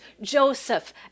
Joseph